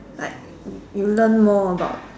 like y~ you learn more about